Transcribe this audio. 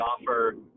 offer